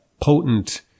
potent